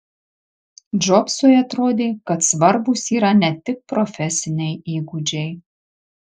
džobsui atrodė kad svarbūs yra ne tik profesiniai įgūdžiai